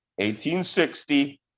1860